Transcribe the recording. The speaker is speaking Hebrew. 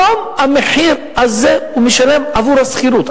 היום את המחיר הזה הוא משלם עבור השכירות.